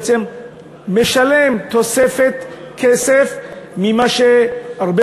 והן בעצם משלמות תוספת כסף ממה שלצערנו,